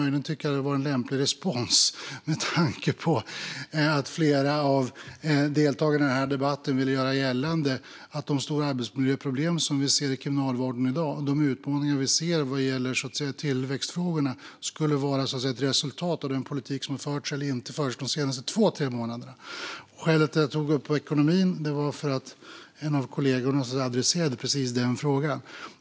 Möjligen tyckte jag att det var en lämplig respons, med tanke på att flera av deltagarna i den här debatten ville göra gällande att de stora arbetsmiljöproblem vi ser i Kriminalvården i dag och de utmaningar vi ser när det gäller tillväxtfrågorna skulle vara ett resultat av den politik som förts eller inte förts under de senaste två tre månaderna. Skälet till att jag tog upp ekonomin var att en av kollegorna adresserade just den frågan.